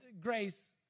Grace